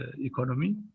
economy